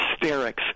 hysterics